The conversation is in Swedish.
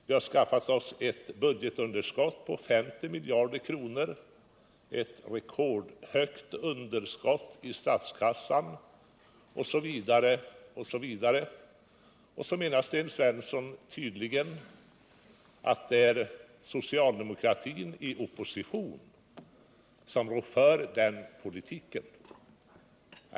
Vi har skaffat oss ett rekordhögt budgetunderskott på 50 miljarder kronor, osv., osv. Sten Svensson menar tydligen att det är socialdemokratin i opposition som rår för den politiken.